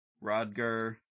Rodger